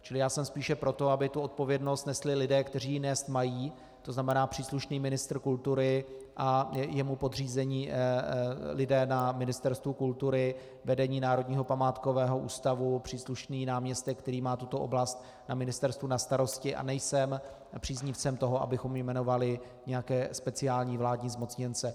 Čili já jsem spíše pro to, aby tu odpovědnost nesli lidé, kteří ji nést mají, tzn. příslušný ministr kultury a jemu podřízení lidé na Ministerstvu kultury, vedení Národního památkového ústavu, příslušný náměstek, který má tuto oblast na ministerstvu na starosti, a nejsem příznivcem toho, abychom jmenovali nějaké speciální vládní zmocněnce.